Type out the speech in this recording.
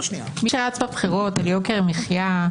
בתור מי שרץ בבחירות על יוקר המחיה,